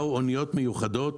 באו אניות מיוחדות: